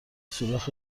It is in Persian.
سوراخ